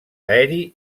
aeri